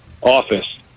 office